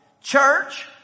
church